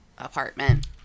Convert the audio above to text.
Apartment